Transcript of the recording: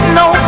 no